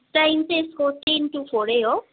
time चाहिँ यसको ten two फोरै हो